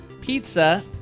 Pizza